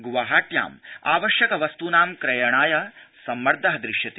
ग्वाहाट्याम् आवश्यकवस्त्ना क्रयणाय सम्मर्द दृश्यते